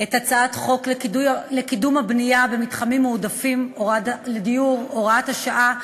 את הצעת חוק לקידום הבנייה במתחמים מועדפים לדיור (הוראת שעה),